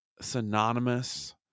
synonymous